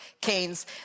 canes